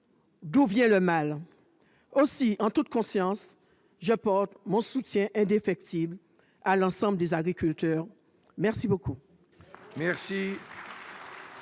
d'où vient le mal ! Aussi, en toute conscience, je porte mon soutien indéfectible à l'ensemble des agriculteurs. Madame